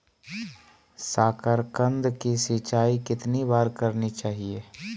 साकारकंद की सिंचाई कितनी बार करनी चाहिए?